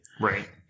Right